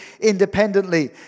independently